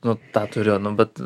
nu tą turiu nu bet